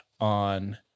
on